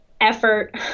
effort